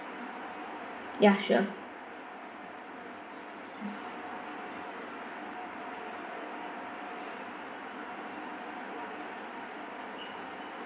ya sure